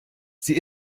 sie